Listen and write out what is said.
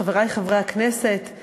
חברי חברי הכנסת,